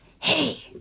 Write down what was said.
hey